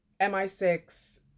MI6